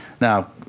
Now